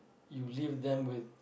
you leave them with